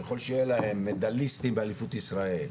ככל שיהיה להם מדליסטים באליפות ישראל,